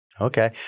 Okay